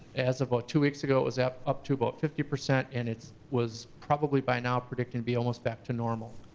as of about two weeks ago, it was up up to about fifty percent and it was probably, by now, predicting to be almost back to normal.